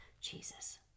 Jesus